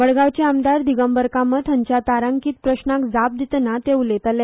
मडगांवचे आमदार दिगंबर कामत हांच्या तारांकीत प्रस्नाक जाप दितना उलयताले